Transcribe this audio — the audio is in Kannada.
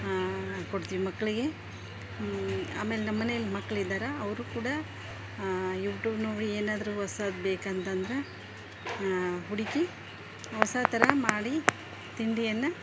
ಹಾಂ ಕೊಡ್ತೀವಿ ಮಕ್ಕಳಿಗೆ ಆಮೇಲೆ ನಮ್ಮನೇಲಿ ಮಕ್ಳು ಇದ್ದಾರೆ ಅವರು ಕೂಡ ಯೂಟೂಬ್ ನೋಡಿ ಏನಾದರೂ ಹೊಸದು ಬೇಕಂತಂದ್ರೆ ಹುಡುಕಿ ಹೊಸ ಥರ ಮಾಡಿ ತಿಂಡಿಯನ್ನು